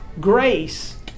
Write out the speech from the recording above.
grace